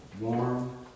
warm